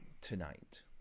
tonight